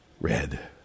red